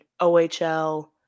OHL